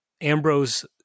Ambrose